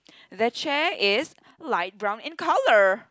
the chair is light brown in colour